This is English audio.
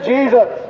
Jesus